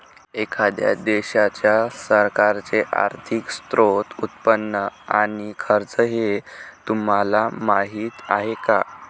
एखाद्या देशाच्या सरकारचे आर्थिक स्त्रोत, उत्पन्न आणि खर्च हे तुम्हाला माहीत आहे का